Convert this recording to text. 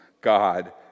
God